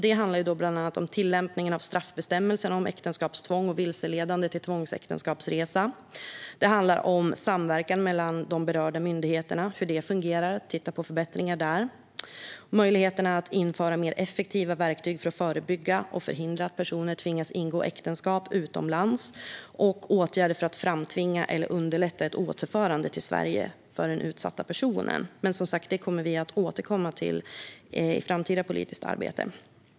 Det handlar bland annat om tillämpningen av straffbestämmelserna om äktenskapstvång och vilseledande till tvångsäktenskapsresa, om hur samverkan mellan berörda myndigheter fungerar och att titta på förbättringar där, om möjligheterna att införa mer effektiva verktyg för att förebygga och förhindra att personer tvingas ingå äktenskap utomlands och om åtgärder för att framtvinga eller underlätta ett återförande till Sverige av den utsatta personen. Detta kommer vi som sagt att återkomma till i framtida politiskt arbete.